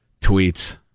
tweets